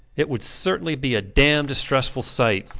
it would certainly be a dam distressful sight,